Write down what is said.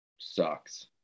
sucks